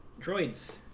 droids